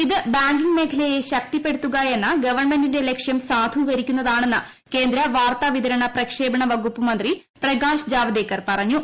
ഇത് ബങ്കിംഗ് മേഖ്ലൂർയ് ശക്തിപ്പെടുത്തുകയെന്ന ഗവൺമെന്റിന്റെ ലക്ഷ്യം സാധൂക്ടരിക്കുന്നതാണെന്ന് കേന്ദ്രവാർത്താ വിതരണ പ്രഷേപണ വകുപ്പ് ്മന്ത്രി് പ്രകാശ് ജാവദേക്കർ പറഞ്ഞു